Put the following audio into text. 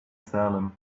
salem